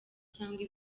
cyangwa